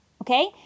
Okay